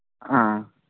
ಹಾಂ